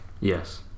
yes